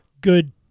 good